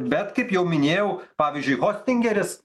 bet kaip jau minėjau pavyzdžiui hostingeris